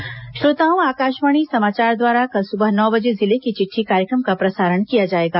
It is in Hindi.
जिले की चिट्ठी श्रोताओं आकाशवाणी समाचार द्वारा कल सुबह नौ बजे जिले की चिट्ठी कार्यक्रम का प्रसारण किया जाएगा